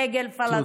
דגל פלסטין,